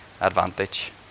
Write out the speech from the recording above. advantage